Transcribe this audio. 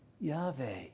Yahweh